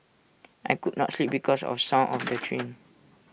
I could not sleep because of the sound of the train